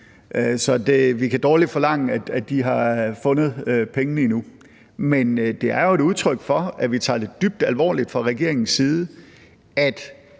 Så vi kan dårlig forlange, at de har fundet pengene endnu. Men det er jo et udtryk for, at vi fra regeringens side